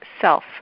self